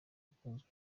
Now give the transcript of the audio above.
ukunzwe